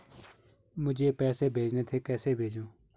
मुझे पैसे भेजने थे कैसे भेजूँ?